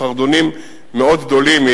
יש חרדונים מאוד גדולים,